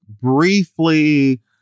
briefly